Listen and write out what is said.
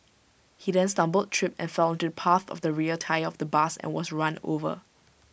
he then stumbled tripped and fell onto the path of the rear tyre of the bus and was run over